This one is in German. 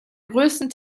größten